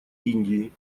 индии